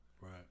Right